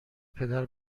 پدر